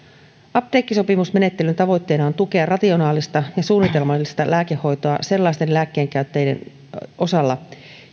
apteekkisopimusmenettelyn tavoitteena on tukea rationaalista ja suunnitelmallista lääkehoitoa sellaisten lääkkeenkäyttäjien osalta